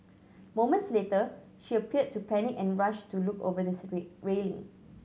moments later she appeared to panic and rushed to look over the railing